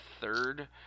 third